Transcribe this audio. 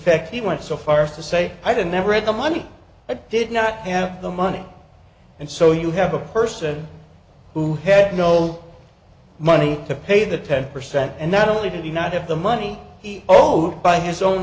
infect he went so far as to say i did not read the money i did not have the money and so you have a person who had no money to pay the ten percent and not only did he not have the money he owed by his own